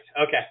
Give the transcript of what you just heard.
Okay